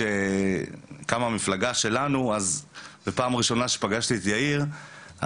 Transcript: כשקמה המפלגה שלנו ובפעם הראשונה שפגשתי את יאיר,